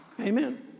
Amen